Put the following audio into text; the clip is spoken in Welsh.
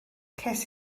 ces